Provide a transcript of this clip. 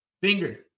finger